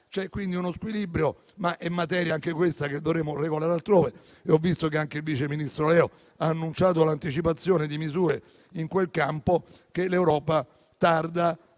C'è quindi uno squilibrio, ma anche questa è materia che dovremmo regolare altrove. Ho visto che anche il vice ministro Leo ha annunciato l'anticipazione di misure in quel campo che l'Europa tarda ad